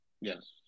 Yes